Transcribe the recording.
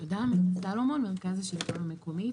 מירה סלומון, מרכז השלטון המקומי.